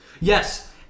Yes